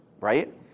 right